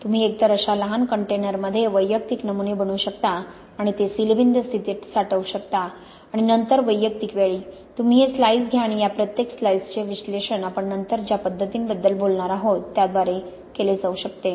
तुम्ही एकतर अशा लहान कंटेनरमध्ये वैयक्तिक नमुने बनवू शकता आणि ते सीलबंद स्थितीत साठवू शकता आणि नंतर वैयक्तिक वेळी तुम्ही हे स्लाइस घ्या आणि या प्रत्येक स्लाइसचे विश्लेषण आपण नंतर ज्या पद्धतींबद्दल बोलणार आहोत त्याद्वारे केले जाऊ शकते